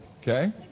Okay